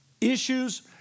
issues